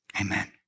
Amen